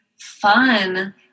fun